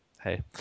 hey